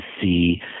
see